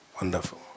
Wonderful